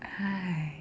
哎